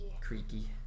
Creaky